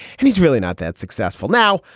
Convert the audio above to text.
and he's really not that successful now.